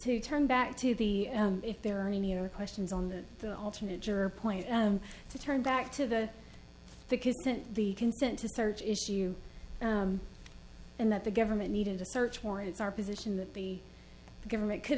to turn back to the if there are any other questions on that the alternate juror point to turn back to the because the consent to search issue and that the government needed a search warrant it's our position that the government could